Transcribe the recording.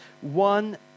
one